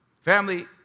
Family